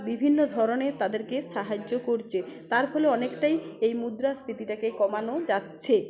বিভিন্ন ধরনের তাদেরকে সাহায্য করছে তার ফলে অনেকটাই এই মুদ্রাস্ফীতিটাকে কমানো যাচ্ছে